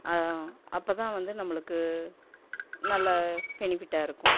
அது அப்போ தான் வந்து நம்மளுக்கு நல்லா பெனிஃபிட்டாக இருக்கும்